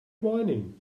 whining